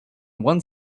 one